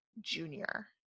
junior